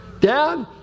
Dad